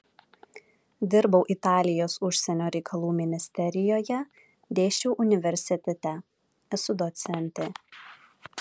dirbau italijos užsienio reikalų ministerijoje dėsčiau universitete esu docentė